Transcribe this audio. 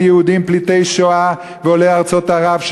של יהודים פליטי שואה ועולי ארצות ערב,